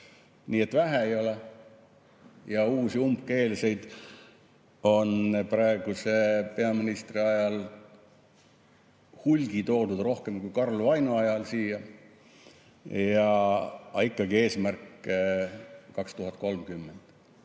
nii et vähe ei ole. Uusi umbkeelseid on praeguse peaministri ajal siia hulgi toodud, rohkem kui Karl Vaino ajal, aga ikka on eesmärk 2030.Aga